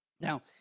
Now